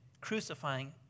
crucifying